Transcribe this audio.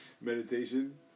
Meditation